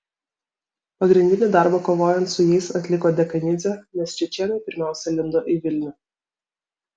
pagrindinį darbą kovojant su jais atliko dekanidzė nes čečėnai pirmiausia lindo į vilnių